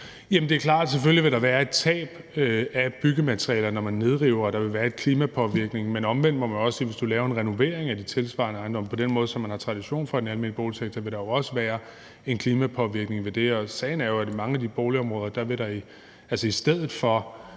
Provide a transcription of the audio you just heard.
selvfølgelig vil der være et tab af byggematerialer, når man nedriver, og der vil være en klimapåvirkning, men omvendt må man også sige, at hvis du laver en renovering af de tilsvarende ejendomme på den måde, som man har tradition for i den almene boligsektor, vil der også være en klimapåvirkning ved det. Og sagen er jo, at i mange af de boligområder vil der i stedet for